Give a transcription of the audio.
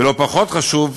ולא פחות חשוב,